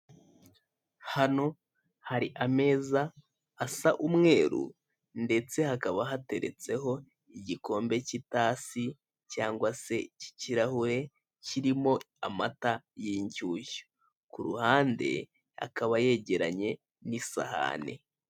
Hano hari ameza asa umweru ndetse hakaba hateretseho igikombe k'itasi cyangwa se k'ikirahure kirimo amata y'inshyushyu, ku ruhande akaba yegeranye n'isahane.